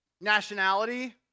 Nationality